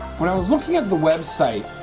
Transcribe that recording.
when i was looking at the website